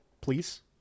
please